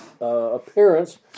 appearance